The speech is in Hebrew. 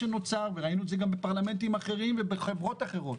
וראינו את זה גם בפרלמנטים אחרים ובחברות אחרות.